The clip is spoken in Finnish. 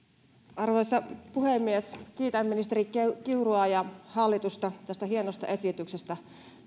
arvoisa puhemies kiitän ministeri kiurua ja hallitusta tästä hienosta esityksestä